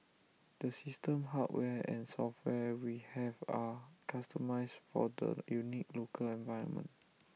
the system hardware and software we have are customised for the unique local environment